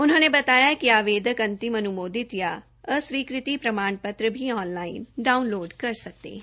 उन्होंने बताया कि वेदक अंतिम अनमोदित या अस्वीकृति प्रमाण पत्र भी ऑन लाइन डाउनलोड कर सकते है